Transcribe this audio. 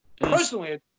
Personally